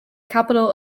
capital